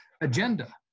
agenda